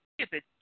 Stupid